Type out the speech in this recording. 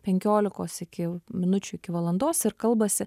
penkiolikos iki minučių iki valandos ir kalbasi